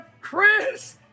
Chris